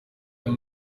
kuko